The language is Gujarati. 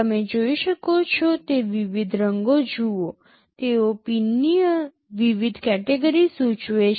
તમે જોઈ શકો છો તે વિવિધ રંગો જુઓ તેઓ પિનની વિવિધ કેટેગરી સૂચવે છે